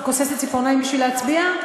כוססת ציפורניים בשביל להצביע,